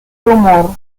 rumor